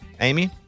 Amy